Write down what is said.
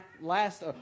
last